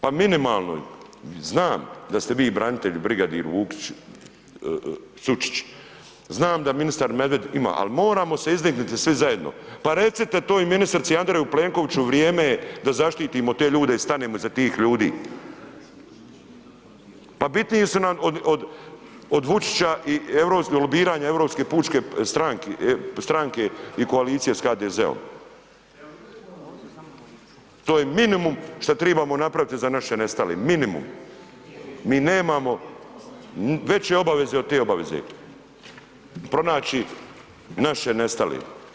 Pa minimalno, znam da ste vi branitelj, brigadir Vukić, Sučić, znam da ministar Medved ima, al moramo se izdigniti svi zajedno, pa recite to i ministrici i Andreju Plenkoviću, vrijeme je da zaštitimo te ljude i stanemo iza tih ljudi, pa bitniji su nam od Vučića i lobiranja Europske pučke stranke i koalicije s HDZ-om, to je minimum šta tribamo napravit za naše nestale, minimum, mi nemamo veće obaveze od te obaveze, pronaći naše nestale.